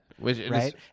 Right